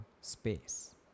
space